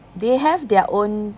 they have their own